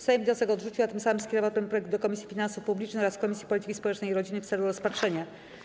Sejm wniosek odrzucił, a tym samym skierował ten projekt do Komisji Finansów Publicznych oraz Komisji Polityki Społecznej i Rodziny w celu rozpatrzenia.